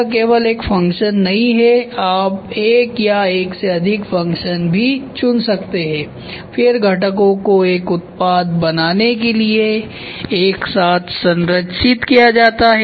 यह केवल एक फ़ंक्शन नहीं है आप एक या एक से अधिक फ़ंक्शन भी चुन सकते हैं फिर घटकों को एक उत्पाद बनाने के लिए एक साथ संरचित किया जाता है